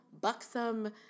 buxom